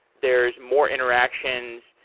there's more interactions,